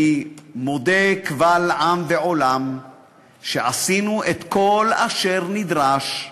אני מודה קבל עם ועולם שעשינו את כל אשר נדרש,